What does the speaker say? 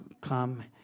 come